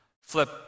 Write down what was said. flip